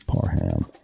Parham